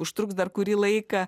užtruks dar kurį laiką